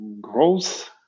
growth